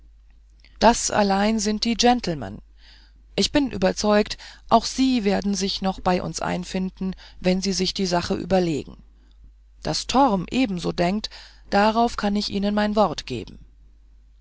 das allein sind die gentlemen ich bin überzeugt auch sie werden sich noch bei uns einfinden wenn sie sich die sache überlegen daß torm ebenso denkt darauf kann ich ihnen mein wort geben